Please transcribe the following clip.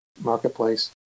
marketplace